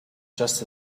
just